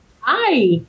Hi